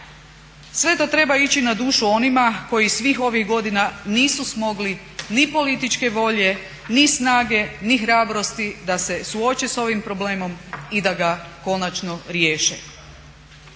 Sve to treba ići na dušu onima koji svih ovih godina nisu smogli ni političke volje, ni snage, ni hrabrosti da se suoče s ovim problemom i da ga konačno riješe.